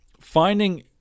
finding